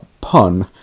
pun